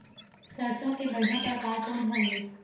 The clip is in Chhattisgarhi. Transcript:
सरसों के बढ़िया परकार कोन हर ये?